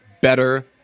better